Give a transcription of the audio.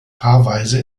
paarweise